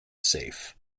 safe